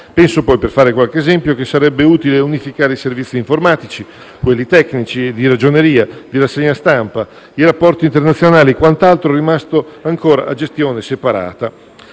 Penso, poi - per fare qualche esempio - che sarebbe utile unificare i servizi informatici, quelli tecnici e di ragioneria, di rassegna stampa, i rapporti internazionali e quant'altro rimasto ancora a gestione separata.